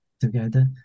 together